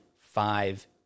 five